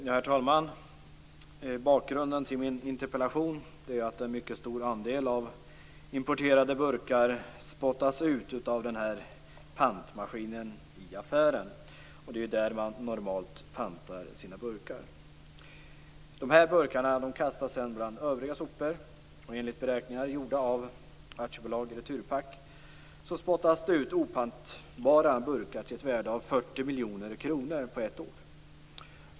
Herr talman! Bakgrunden till min interpellation är att en mycket stor andel av de importerade burkarna spottas ut av pantmaskinen i affären. Och det är ju där som man normalt pantar sina burkar. Dessa burkar kastas sedan bland övriga sopor. Enligt beräkningar gjorda av AB Returpack spottas det ut opantbara burkar till ett värde av 40 miljoner kronor under ett år.